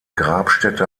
grabstätte